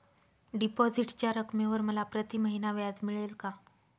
डिपॉझिटच्या रकमेवर मला प्रतिमहिना व्याज मिळेल का?